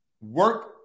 work